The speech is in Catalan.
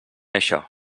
això